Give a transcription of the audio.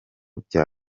bya